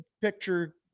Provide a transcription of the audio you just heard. picture